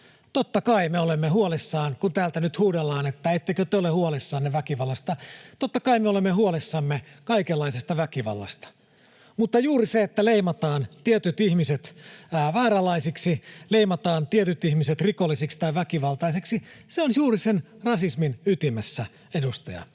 Totta kai me olemme huolissamme — kun täältä nyt huudellaan, että ettekö te ole huolissanne väkivallasta. Totta kai me olemme huolissamme kaikenlaisesta väkivallasta, mutta juuri se, että leimataan tietyt ihmiset vääränlaisiksi, leimataan tietyt ihmiset rikollisiksi tai väkivaltaisiksi, on juuri sen rasismin ytimessä, edustaja